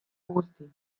guzti